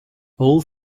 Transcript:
all